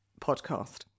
podcast